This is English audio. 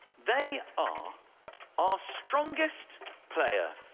they are our strongest player,